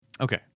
Okay